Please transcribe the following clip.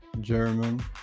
German